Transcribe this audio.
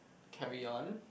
carry on